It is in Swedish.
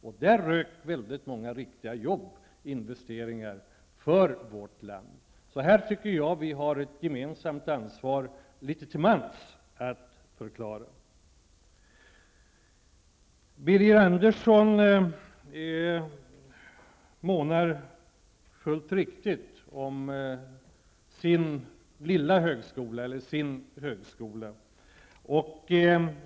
Då rök väldigt många riktiga jobb och investeringar för vårt land. Jag tycker att vi här har ett gemensamt ansvar litet till mans att förklara oss. Birger Andersson månar helt riktigt om sin högskola.